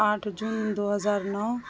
آٹھ جون دو ہزار نو